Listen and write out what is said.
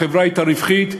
החברה הייתה רווחית,